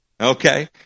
Okay